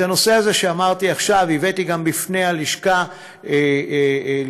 את הנושא הזה שאמרתי עכשיו הבאתי גם בפני הלשכה עצמה,